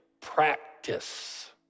practice